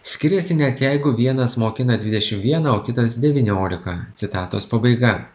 skiriasi net jeigu vienas mokina dvidešim vieną o kitas devyniolika citatos pabaiga